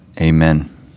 Amen